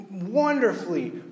wonderfully